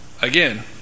Again